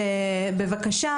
בבקשה,